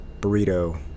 burrito